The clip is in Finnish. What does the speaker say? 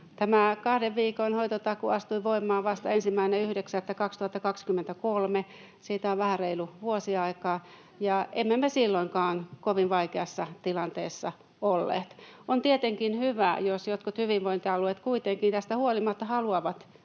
kahden viikon hoitotakuu astui voimaan vasta 1.9.2023. Siitä on vähän reilu vuosi aikaa. Emme me silloinkaan kovin vaikeassa tilanteessa olleet. On tietenkin hyvä, jos jotkut hyvinvointialueet kuitenkin tästä huolimatta haluavat